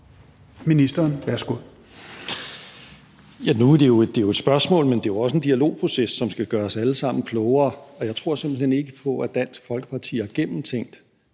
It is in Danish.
Hækkerup): Der bliver stillet spørgsmål, men det er jo også en dialogproces, som skal gøre os alle sammen klogere, og jeg tror simpelt hen ikke på, at Dansk Folkeparti har gennemtænkt